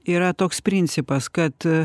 yra toks principas kad